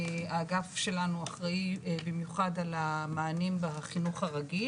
האגף שלנו אחראי במיוחד על המענים בחינוך הרגיל